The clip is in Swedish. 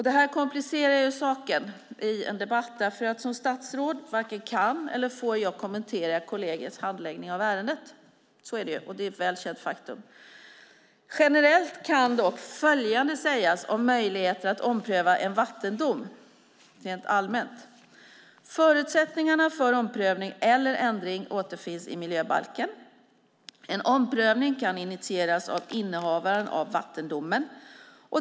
Detta komplicerar saken i en debatt, för som statsråd varken kan eller får jag kommentera kollegiets handläggning av ärendet. Det är ett väl känt faktum. Generellt kan dock följande sägas om möjligheterna att ompröva en vattendom. Förutsättningarna för omprövning eller ändring återfinns i miljöbalken. En omprövning kan initieras av innehavaren av vattendomen.